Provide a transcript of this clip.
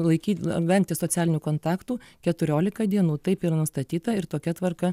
laikyt vengti socialinių kontaktų keturiolika dienų taip yra nustatyta ir tokia tvarka